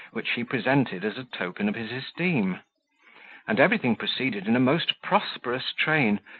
which he presented as a token of his esteem and everything proceeded in a most prosperous train,